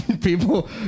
People